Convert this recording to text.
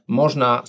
można